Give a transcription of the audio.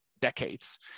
decades